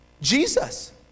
Jesus